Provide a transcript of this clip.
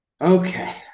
Okay